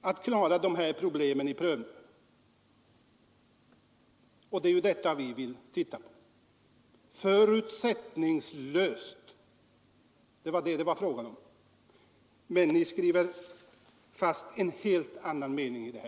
att klara de här problemen vid prövningen. Det är detta vi vill att man skall se över — förutsättningslöst. Men ni skriver fast en helt annan mening i det här.